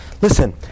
Listen